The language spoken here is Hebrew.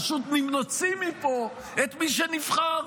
פשוט אם נוציא מפה את מי שנבחר,